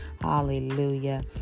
hallelujah